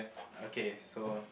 okay so